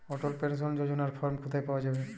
অটল pension যোজনার form কোথায় পাওয়া যাবে?